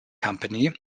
company